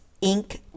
ink